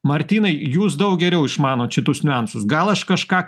martynai jūs daug geriau išmanot šitus niuansus gal aš kažką